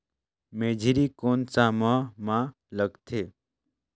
मेझरी कोन सा माह मां लगथे